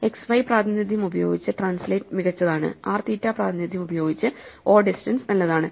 xy പ്രാതിനിധ്യം ഉപയോഗിച്ച് translate മികച്ചതാണ് r തീറ്റ പ്രാതിനിധ്യം ഉപയോഗിച്ച് o ഡിസ്റ്റൻസ് നല്ലതാണ്